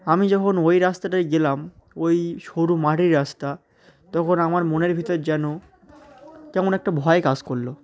আমি যখন ওই রাস্তাটায় গেলাম ওই সরু মাটির রাস্তা তখন আমার মনের ভিতর যেন কেমন একটা ভয় কাজ করলো